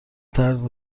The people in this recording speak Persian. طرز